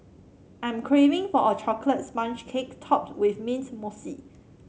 I'm craving for a chocolate sponge cake topped with mint mousse